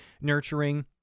nurturing